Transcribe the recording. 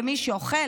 מי שאוכל,